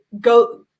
go